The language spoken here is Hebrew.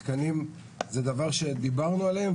מתקנים זה דבר שדיברנו עליו,